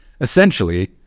essentially